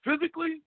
physically